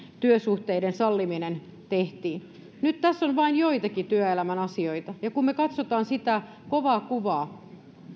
työsuhteiden salliminen tehtiin tässä on nyt vain joitakin työelämän asioita ja kun me katsomme sitä kovaa kuvaa